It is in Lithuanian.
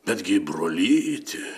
betgi brolyti